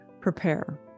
prepare